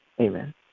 Amen